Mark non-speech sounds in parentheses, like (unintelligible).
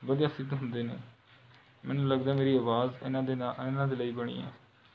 ਵਧੀਆ ਸਿੱਧ ਹੁੰਦੇ ਨੇ ਮੈਨੂੰ ਲੱਗਦਾ ਮੇਰੀ ਆਵਾਜ਼ ਇਨ੍ਹਾਂ ਦੇ (unintelligible) ਇਨ੍ਹਾਂ ਦੇ ਲਈ ਬਣੀ ਹੈ